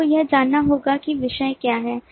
आपको यह जानना होगा कि विषय क्या है